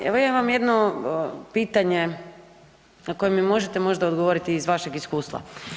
A evo ja imam jedno pitanje na koje mi možete možda odgovoriti iz vašeg iskustva.